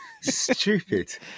stupid